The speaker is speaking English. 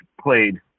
played